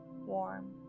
warm